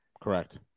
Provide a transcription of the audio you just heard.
Correct